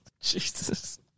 Jesus